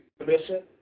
Commission